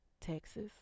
Texas